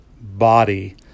body